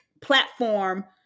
platform